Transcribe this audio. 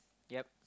yup